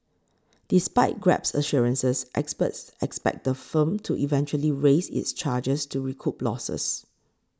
despite Grab's assurances experts expect the firm to eventually raise its charges to recoup losses